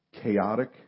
chaotic